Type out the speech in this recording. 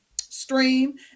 stream